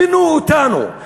פינו אותנו.